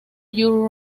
you